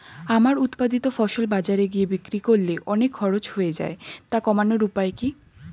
আমার উৎপাদিত ফসল বাজারে গিয়ে বিক্রি করলে অনেক খরচ হয়ে যায় তা কমানোর উপায় কি?